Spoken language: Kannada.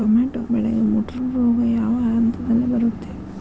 ಟೊಮ್ಯಾಟೋ ಬೆಳೆಗೆ ಮುಟೂರು ರೋಗ ಯಾವ ಹಂತದಲ್ಲಿ ಬರುತ್ತೆ?